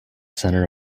centre